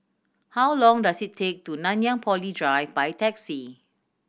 how long does it take to Nanyang Poly Drive by taxi